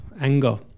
anger